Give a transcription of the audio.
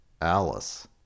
alice